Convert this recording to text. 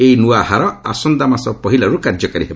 ଏହି ନୂଆ ହାର ଆସନ୍ତା ମାସ ପହିଲାରୁ କାର୍ଯ୍ୟକାରୀ ହେବ